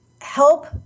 help